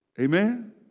Amen